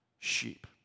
sheep